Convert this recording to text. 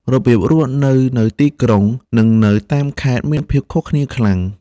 របៀបរស់នៅនៅទីក្រុង និងនៅតាមខេត្តមានភាពខុសគ្នាខ្លាំង។